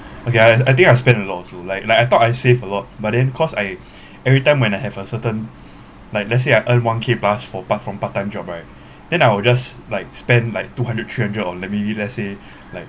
okay I I think I spent a lots also like like I thought I save a lot but then cause I every time when I have a certain like let's say I earn one K plus for part from part time job right then I will just like spend like two hundred three hundred or maybe let's say like